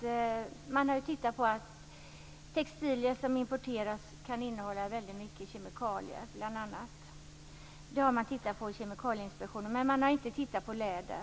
Importerade textilier kan innehålla mycket kemikalier. Kemikalieinspektionen har sett över denna fråga. Men Kemikalieinspektionen har inte tittat på läder.